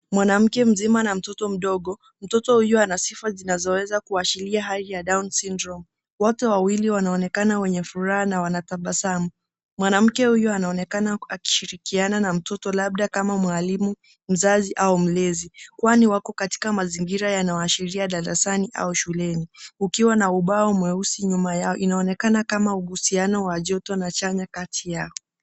Mwanamke mzima na mtoto mdogo. Mtoto huyu ana sifa zinazoweza kuashiria hali ya Down Syndrome . Wote wawili wanaonekana wenye furaha na wanatabasamu. Mwanamke huyu anaonekana akishirikiana na mtoto, labda kama mwalimu, mzazi au mlezi, kwani wako katika mazingiria yanayoashiria darasani au shuleni, ukiwa na ubao mweusi nyuma yao. Inaonekana kama ugusiano wa joto na chanya kati yao.